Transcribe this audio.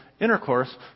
intercourse